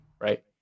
right